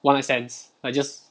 one night stands like just